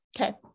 okay